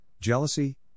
jealousy